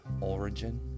Origin